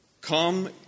come